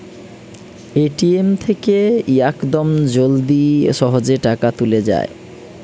ATM থেকে ইয়াকদম জলদি সহজে টাকা তুলে যায়